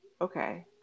okay